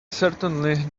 certainly